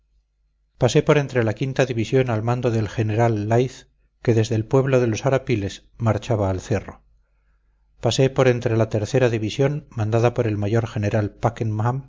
pasé por entre la quinta división al mando del general leith que desde el pueblo de los arapiles marchaba al cerro pasé por entre la tercera división mandada por el mayor general packenham la